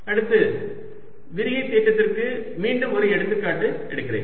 அடுத்து விரிகை தேற்றத்திற்கு மீண்டும் ஒரு எடுத்துக்காட்டு எடுக்கிறேன்